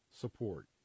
support